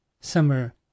Summer